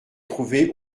trouvé